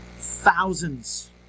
thousands